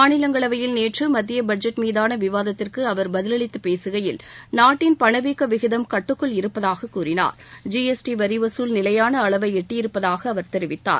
மாநிலங்களவையில் நேற்று மத்திய பட்ஜெட் மீதான விவாதத்திற்கு அவர் பதிலளித்து பேசுகையில் நாட்டின் பணவீக்க விகிதம் கட்டுக்குள் இருப்பதாக கூறினார் ஜிஎஸ்டி வரிவசூல் நிலையான அளவை எட்டியிருப்பதாக அவர் தெரிவித்தார்